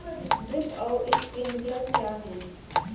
Drip और sprinkler क्या हैं?